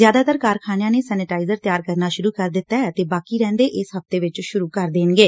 ਜ਼ਿਆਦਾਤਰ ਕਾਰਖਾਨਿਆਂ ਨੇ ਸੈਨੇਟਾਈਜ਼ਰ ਤਿਆਰ ਕਰਨਾ ਸੁਰੂ ਕਰ ਦਿੱਤੈ ਅਤੇ ਬਾਕੀ ਰਹਿੰਦੇ ਇਸ ਹਫ਼ਤੇ ਚ ਸੁਰੂ ਕਰ ਦੇਣਗੇ